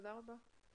תודה רבה.